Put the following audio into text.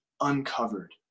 uncovered